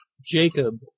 Jacob